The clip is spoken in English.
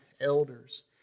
elders